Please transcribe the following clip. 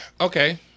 Okay